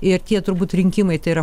ir tie turbūt rinkimai tai yra